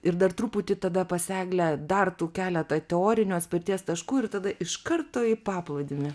ir dar truputį tada pas eglę dar tų keletą teorinių atspirties taškų ir tada iš karto į paplūdimį